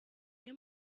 umwe